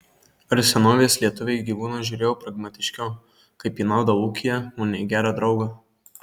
ar senovės lietuviai į gyvūną žiūrėjo pragmatiškiau kaip į naudą ūkyje o ne į gerą draugą